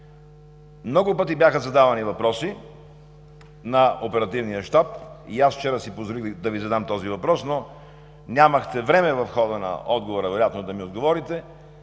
Много пъти бяха задавани въпроси на Оперативния щаб и аз вчера си позволих да Ви задам този въпрос, но нямахте време в хода на отговора вероятно да ми отговорите.